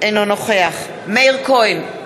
אינו נוכח מאיר כהן,